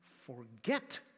forget